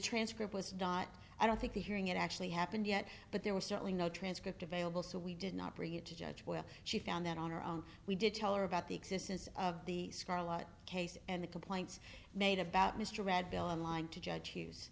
transcript was dot i don't think the hearing it actually happened yet but there was certainly no transcript available so we did not bring it to judge when she found that on her own we did tell her about the existence of the scarlet case and the complaints made about mr read below on line to judge